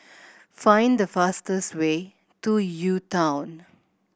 find the fastest way to U Town